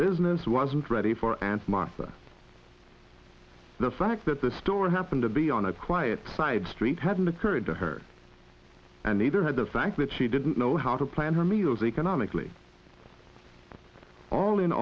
business wasn't ready for aunt martha the fact that the store happened to be on a quiet side street hadn't occurred to her and neither had the fact that she didn't know how to plan her meals economically all in